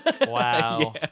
Wow